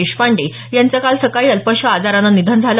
देशपांडे यांचं काल सकाळी अल्पशा आजारानं निधन झालं